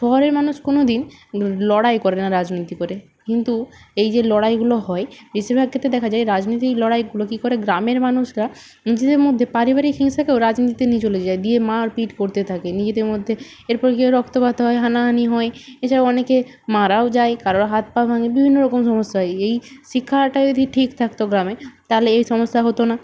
শহরের মানুষ কোনও দিন লড়াই করে না রাজনীতি করে কিন্তু এই যে লড়াইগুলো হয় বেশিরভাগ ক্ষেত্রে দেখা যায় রাজনৈতিক লড়াইগুলো কি করে গ্রামের মানুষরা নিজেদের মধ্যে পারিবারিক হিংসাকেও রাজনীতিতে নিয়ে চলে যায় দিয়ে মারপিট করতে থাকে নিজেদের মধ্যে এর ফলে কি হয় রক্তপাত হয় হানাহানি হয় এছাড়াও অনেকে মারাও যায় কারোর হাত পা ভাঙে বিভিন্ন রকম সমস্যা হয় এই শিক্ষাটা যদি ঠিক থাকতো গ্রামে তাহলে এ সমস্যা হতো না